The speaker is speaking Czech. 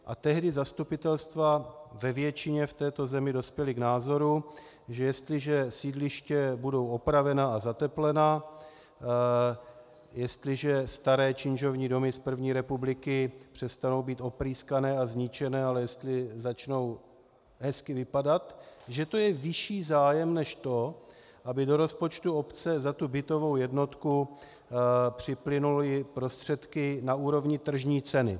A tehdy zastupitelstva ve většině v této zemi dospěla k názoru, že jestliže sídliště budou opravena a zateplena, jestliže staré činžovní domy z první republiky přestanou být oprýskané a zničené, ale jestli začnou hezky vypadat, že to je vyšší zájem než to, aby do rozpočtu obce za tu bytovou jednotku připlynuly prostředky na úrovni tržní ceny.